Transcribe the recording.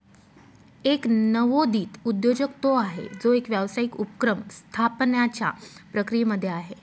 एक नवोदित उद्योजक तो आहे, जो एक व्यावसायिक उपक्रम स्थापण्याच्या प्रक्रियेमध्ये आहे